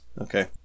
okay